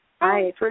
hi